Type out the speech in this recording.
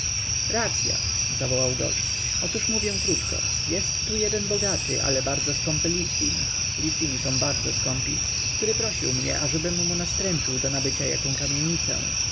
racya zawołał gość otóż mówię krótko jest tu jeden bogaty ale bardzo skąpy litwin litwini są bardzo skąpi który prosił mnie ażebym mu nastręczył do nabycia jaką kamienicę